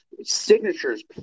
Signatures